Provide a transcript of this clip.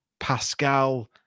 Pascal